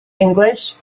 english